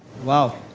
well,